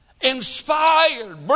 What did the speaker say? inspired